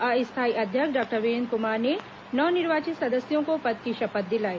अस्थाई अध्यक्ष डॉक्टर वीरेन्द्र कुमार ने नव निर्वाचित सदस्यों को पद की शपथ दिलाई